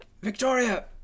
Victoria